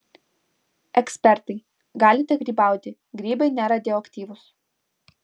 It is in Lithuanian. ekspertai galite grybauti grybai neradioaktyvūs